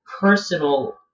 personal